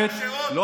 דודי,